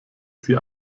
sie